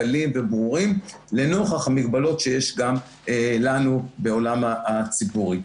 קלים וברורים לנוכח המגבלות שיש גם לנו בעולם הציבורי.